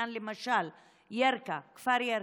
למשל בעניין של ירכא, כפר ירכא.